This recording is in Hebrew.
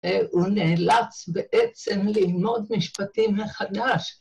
‫הוא נאלץ בעצם ללמוד משפטים מחדש.